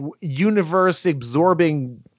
universe-absorbing